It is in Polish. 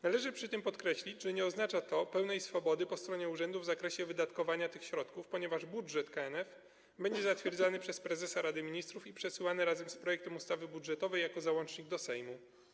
Należy przy tym podkreślić, że nie oznacza to pełnej swobody po stronie urzędów w zakresie wydatkowania tych środków, ponieważ budżet KNF będzie zatwierdzany przez prezesa Rady Ministrów i przesyłany razem z projektem ustawy budżetowej jako załącznik do Sejmu.